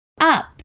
up